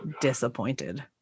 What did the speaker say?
disappointed